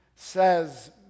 says